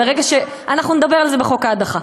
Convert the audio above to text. ברגע, אנחנו נדבר על זה בחוק ההדחה.